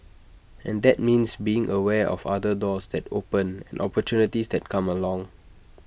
and that means being aware of other doors that open and opportunities that come along